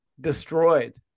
destroyed